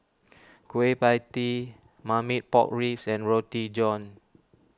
Kueh Pie Tee Marmite Pork Ribs and Roti John